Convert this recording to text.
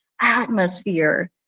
atmosphere